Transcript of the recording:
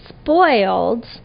spoiled